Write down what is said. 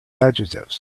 adjectives